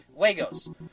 Legos